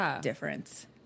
difference